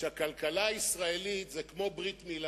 שהכלכלה הישראלית זה כמו ברית-מילה: